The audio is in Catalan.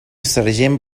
sergent